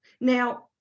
Now